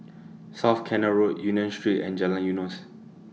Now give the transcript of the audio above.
South Canal Road Union Street and Jalan Eunos